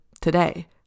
today